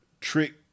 trick